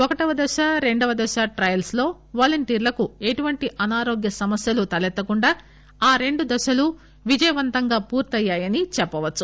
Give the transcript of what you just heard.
ఒకటో దశ రెండోదశ ట్రయల్స్ లో వాలంటీర్లకు ఎటువంటి అనారోగ్య సమస్యలు తలెత్తకుండా ఆ రెండు దశలు విజయవంతంగా పూర్తయ్యాయని చెప్పవచ్చు